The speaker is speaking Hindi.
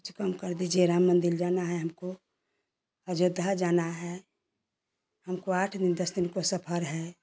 कुछ कम कर दीजिए राम मंदिर जाना है हमको अयोध्या जाना है हमको आठ मि दस दिन का सफर है